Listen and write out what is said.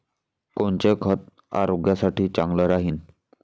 कोनचं खत आरोग्यासाठी चांगलं राहीन?